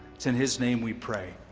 it's in his name we pray,